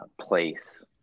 place